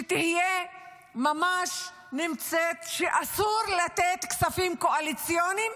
שתימצא, אסור לתת כספים קואליציוניים,